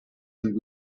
and